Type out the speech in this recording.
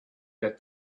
that